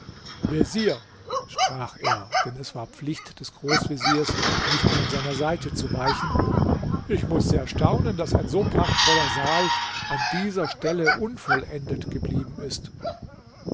vezier sprach er denn es war pflicht des großveziers nicht von seiner seite zu weichen ich muß sehr staunen daß ein so prachtvoller saal an dieser stelle unvollendet geblieben ist